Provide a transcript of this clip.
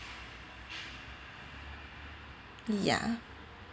ya